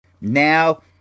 now